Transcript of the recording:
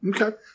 Okay